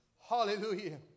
Hallelujah